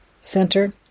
Center